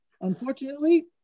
Unfortunately